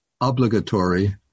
obligatory